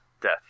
death